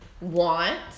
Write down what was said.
want